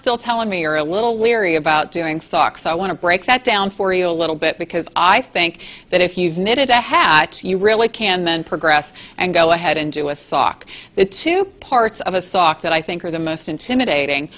still telling me you're a little leery about doing socks i want to break that down for you a little bit because i think that if you've knitted a hatch you really can then progress and go ahead and do a sock the two parts of a sock that i think are the most intimidating